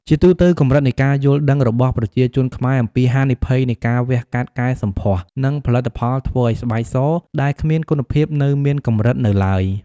ជាទូទៅ កម្រិតនៃការយល់ដឹងរបស់ប្រជាជនខ្មែរអំពីហានិភ័យនៃការវះកាត់កែសម្ផស្ស និងផលិតផលធ្វើឱ្យស្បែកសដែលគ្មានគុណភាព នៅមានកម្រិតនៅឡើយ។